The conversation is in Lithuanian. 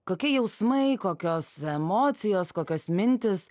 kokie jausmai kokios emocijos kokios mintys